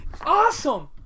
awesome